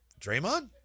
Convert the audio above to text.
Draymond